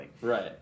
Right